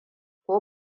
ko